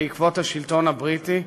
בעקבות השלטון הבריטי,